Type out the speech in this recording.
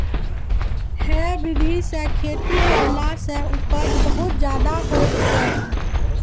है विधि सॅ खेती करला सॅ उपज बहुत ज्यादा होय छै